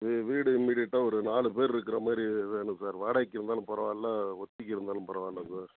இது வீடு இமீடியேட்டாக ஒரு நாலு பேர் இருக்கிற மாதிரி வே வேணும் சார் வாடகைக்கு இருந்தாலும் பரவாயில்ல ஒத்திக்கி இருந்தாலும் பரவாயில்ல சார்